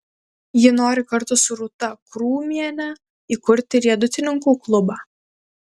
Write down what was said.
ji nori kartu su rūta krūmiene įkurti riedutininkų klubą